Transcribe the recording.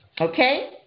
Okay